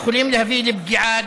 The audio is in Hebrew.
הדבר יכול להביא לפגיעה,